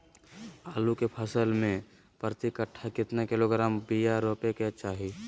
आलू के फसल में प्रति कट्ठा कितना किलोग्राम बिया रोपे के चाहि?